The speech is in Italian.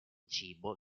cibo